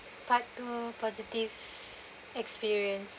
part two positive experience